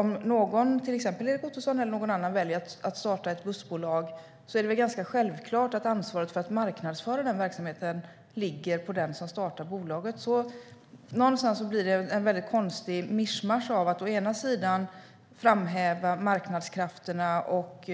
Om någon, till exempel Erik Ottoson eller någon annan, väljer att starta ett bussbolag är det väl ganska självklart att ansvaret för att marknadsföra denna verksamhet ligger på den som startar bolaget. Någonstans blir det ett konstigt mischmasch av att å ena sidan framhäva marknadskrafterna och